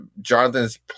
Jonathan's